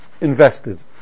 invested